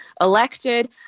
elected